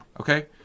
Okay